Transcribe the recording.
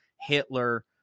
Hitler